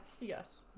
yes